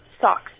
Socks